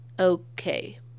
okay